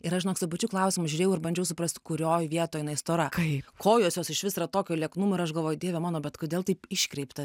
ir aš žinok su tuo pačiu klausimu žiūrėjau ir bandžiau suprast kurioj vietoj jinai stora kai kojos jos išvis yra tokio lieknumo ir aš galvoju dieve mano bet kodėl taip iškreipta